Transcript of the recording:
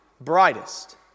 brightest